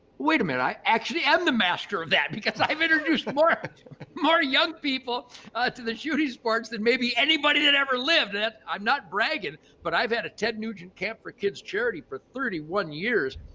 wait a minute. i actually am the master of that because i've introduced more more young people to the shooting sports than maybe anybody that ever lived. i'm not bragging, but i've had a ted nugent camp for kids charity for thirty one years.